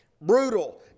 brutal